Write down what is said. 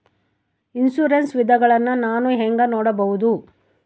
Insurance ವಿಧಗಳನ್ನ ನಾನು ಹೆಂಗ ನೋಡಬಹುದು?